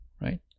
right